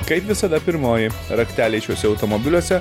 kaip visada pirmoji rakteliai šiuose automobiliuose